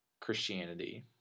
Christianity